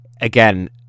again